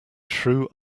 true